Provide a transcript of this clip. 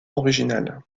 originale